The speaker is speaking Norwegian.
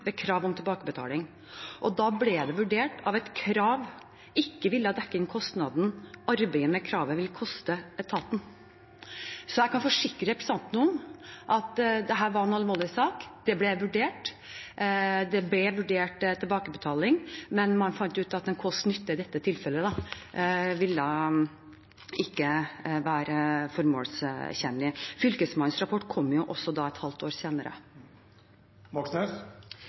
ved krav om tilbakebetaling. Det ble vurdert at et krav ikke ville dekke inn det som arbeidet med kravet ville koste etaten. Jeg kan forsikre representanten om at dette var en alvorlig sak, det ble vurdert tilbakebetaling, men man fant at ut fra kost–nytte ville det ikke være formålstjenlig i dette tilfellet. Fylkesmannsrapporten kom jo da også et halvt år senere.